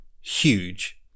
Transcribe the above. huge